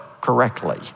correctly